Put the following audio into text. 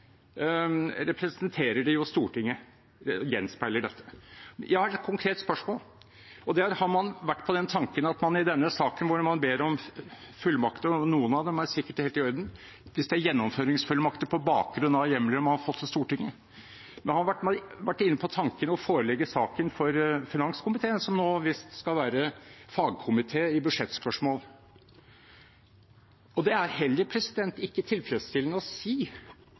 representerer Stortinget og gjenspeiler det. Jeg har ett konkret spørsmål, og det er: Har man vært inne på den tanken at man i denne saken, hvor man ber om fullmakter – og noen av dem er sikkert helt i orden, hvis det er gjennomføringsfullmakter på bakgrunn av hjemler man har fått til Stortinget – å forelegge saken for finanskomiteen, som nå visst skal være fagkomité i budsjettspørsmål? Det er heller ikke tilfredsstillende å si